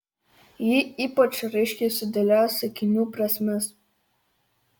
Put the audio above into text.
ji ypač raiškiai sudėlioja sakinių prasmes